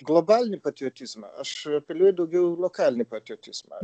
globalinį patriotizmą aš apeliuoju daugiau į lokalinį patriotizmą